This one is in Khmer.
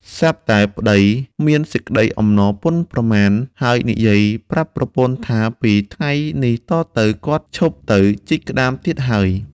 សា្រប់តែប្ដីមានសេចក្ដីអំណរពន់ប្រមាណ ហើយនិយាយប្រាប់ប្រពន្ធថាពីថ្ងៃនេះតទៅគាត់ឈប់ទៅជីកក្ដាមទៀតហើយ។